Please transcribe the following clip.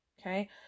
okay